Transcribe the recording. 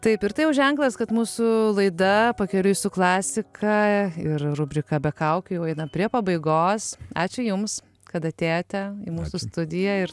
taip ir tai jau ženklas kad mūsų laida pakeliui su klasika ir rubrika be kaukių jau eina prie pabaigos ačiū jums kad atėjote į mūsų studiją ir